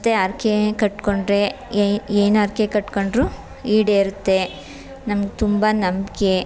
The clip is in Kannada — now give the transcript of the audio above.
ಮತ್ತು ಹರ್ಕೆ ಕಟ್ಟಿಕೊಂಡರೆ ಏನು ಹರ್ಕೆ ಕಟ್ಟಿಕೊಂಡ್ರೂ ಈಡೇರುತ್ತೆ ನಮ್ಗೆ ತುಂಬ ನಂಬಿಕೆ